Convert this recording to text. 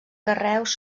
carreus